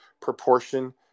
proportion